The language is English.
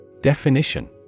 Definition